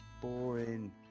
boring